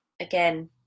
again